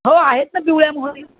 हो आहेत ना पिवळ्या मोहरी